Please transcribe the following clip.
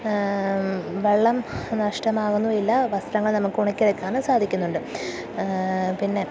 വെള്ളം നഷ്ടമാകുന്നുമില്ല വസ്ത്രങ്ങൾ നമുക്ക് ഉണിക്കടുക്കാനും സാധിക്കുന്നുണ്ട് പിന്നെ